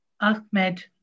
Ahmed